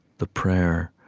the prayer,